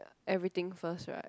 everything first right